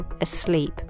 asleep